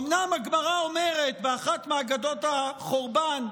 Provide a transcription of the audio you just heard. אומנם הגמרא אומרת, באחת מאגדות החורבן,